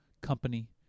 company